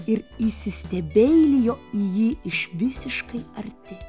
ir įsistebeilijo jį iš visiškai arti